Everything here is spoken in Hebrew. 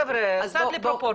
חבר'ה, קצת פרופורציות.